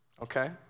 okay